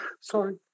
Sorry